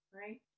right